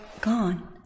gone